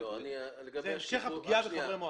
זה המשך הפגיעה בחברי מועצה.